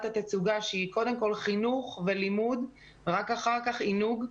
התצוגה שהיא קודם כל חינוך ולימוד ורק אחר כך עינוג,